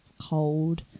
cold